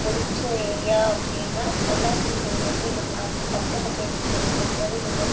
பிடிச்ச ஏரியா அப்படின்னா பொள்ளாச்சி சைடு வந்து நல்லாயிருக்கும் பச்சைபசேலுன்னு இருக்கும் எனக்கு நான் முன்னாடியே சொன்னாமாதிரி